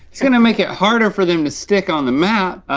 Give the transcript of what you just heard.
it's gonna make it harder for them to stick on the map.